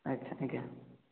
ଆଚ୍ଛା ଆଜ୍ଞା